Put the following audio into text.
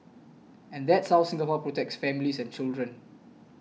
and that's how Singapore protects families and children